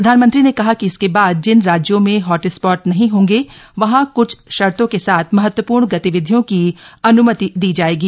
प्रधानमंत्री ने कहा कि इसके बाद जिन राज्यों में हॉट स्पॉट नहीं होंगे वहां क्छ शर्तों के साथ महत्वपूर्ण गतिविधियों की अन्मति दी जायेगी